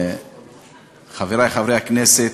חברי חברי הכנסת,